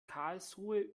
karlsruhe